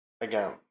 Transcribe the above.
again